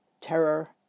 terror